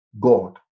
God